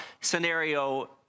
scenario